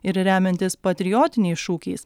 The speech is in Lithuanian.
ir remiantis patriotiniais šūkiais